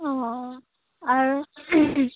অঁ অঁ আৰু